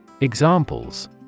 Examples